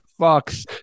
fucks